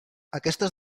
aquestes